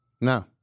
No